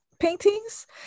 paintings